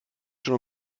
schon